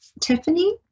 Tiffany